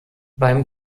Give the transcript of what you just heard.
beim